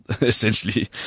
essentially